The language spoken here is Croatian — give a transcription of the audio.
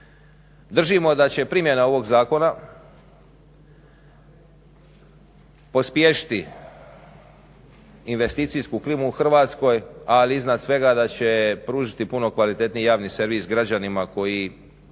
Držimo da će primjena ovog zakona pospješiti investicijsku klimu u Hrvatskoj, ali iznad svega da će pružiti puno kvalitetniji javni servis građanima koji